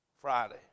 Friday